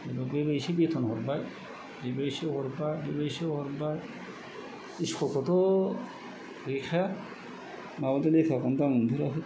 ओमफ्राय बेबो एसे बेथन हरबाय बेबो इसे हरबाय बेबो इसे हरबाय स्कुल खौथ' गैखाया माबाथ' लेखाखौनो दांनो मोनफेराखै